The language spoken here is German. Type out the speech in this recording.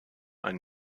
ein